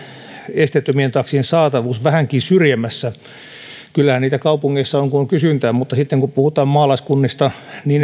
esteettömien taksien saatavuus vähänkin syrjemmässä kyllähän niitä kaupungeissa on kun on kysyntää mutta sitten kun puhutaan maalaiskunnista